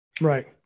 right